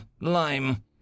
Lime